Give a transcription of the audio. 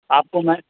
آپ کو میں